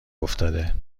افتاده